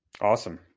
Awesome